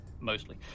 mostly